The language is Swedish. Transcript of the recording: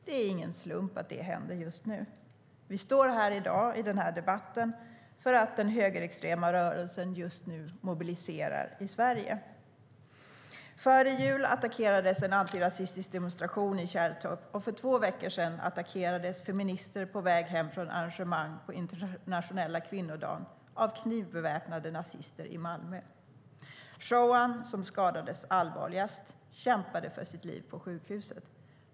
Det är ingen slump att det händer just nu. Vi står och debatterar här i dag därför att den högerextrema rörelsen mobiliserar i Sverige. Före jul attackerades en antirasistisk demonstration i Kärrtorp, och för två veckor sedan attackerades feminister på väg hem från arrangemang på internationella kvinnodagen av knivbeväpnade nazister i Malmö. Schowan, som skadades allvarligast, kämpade för sitt liv på sjukhuset.